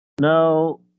No